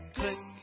click